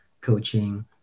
coaching